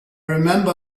remember